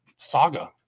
Saga